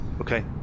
Okay